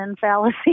fallacy